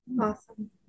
Awesome